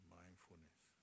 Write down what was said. mindfulness